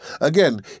Again